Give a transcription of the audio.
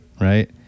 right